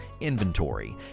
inventory